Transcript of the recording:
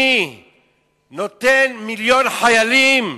אני נותן מיליון חיילים,